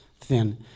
thin